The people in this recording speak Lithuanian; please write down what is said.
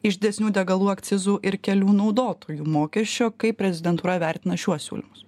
iš desnių degalų akcizų ir kelių naudotojų mokesčio kaip prezidentūra vertina šiuos siūlymus